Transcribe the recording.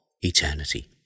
eternity